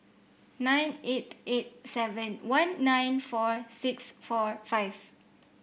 nine eight eight seven one nine four six four five